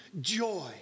joy